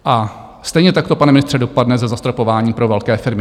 A stejně tak to, pane ministře, dopadne se zastropováním pro velké firmy.